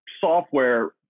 software